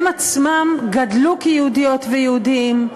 הם עצמם גדלו כיהודיות ויהודים,